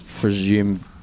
presume